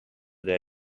their